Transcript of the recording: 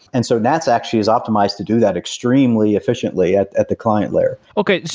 and so nats actually is optimized to do that extremely efficiently at at the client layer okay,